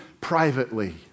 privately